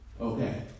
Okay